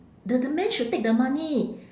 the the man should take the money